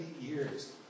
years